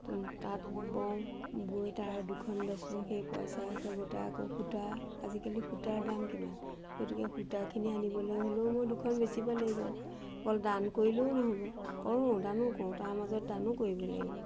তাত বওঁ বৈ তাৰে দুখন বেচোঁ সেই পইচাকে গোটেই আকৌ সূতা আজিকালি সূতাৰ দাম কিমান গতিকে সূতাখিনি আনিবলৈ হ'লেও মই দুখন বেচিব লাগিব অকল দান কৰিলেও নহ'ব কৰোঁ দানো কৰোঁ তাৰ মাজত দানো কৰিব লাগিব